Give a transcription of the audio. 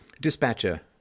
Dispatcher